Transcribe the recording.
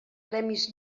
premis